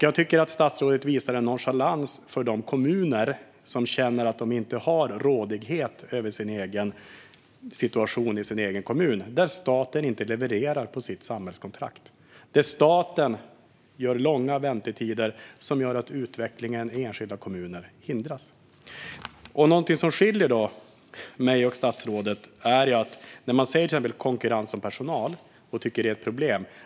Jag tycker att statsrådet visar en nonchalans för de kommuner som känner att de inte har rådighet över sin egen situation i kommunen. Staten levererar inte enligt sitt samhällskontrakt. Staten skapar långa väntetider, som gör att utvecklingen i enskilda kommuner hindras. Det finns någonting som skiljer mig och statsrådet åt. Man talar till exempel om konkurrens om personal och tycker att det är ett problem.